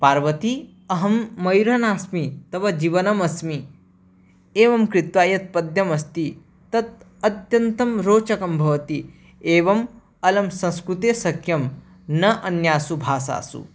पार्वती अहं मयूरः नास्मि तव जीवनमस्मि एवं कृत्वा यत् पद्यमस्ति तत् अत्यन्तं रोचकं भवति एवं अलं संस्कृते सख्यं न अन्यासु भाषासु